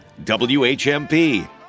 WHMP